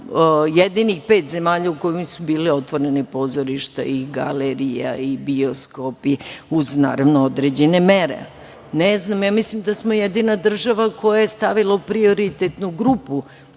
jedinih pet zemalja u kojima su bila otvorena pozorišta, galerije, bioskopi, uz naravno određene mere. Mislim da smo jedina država koja je stavila u prioritetnu grupu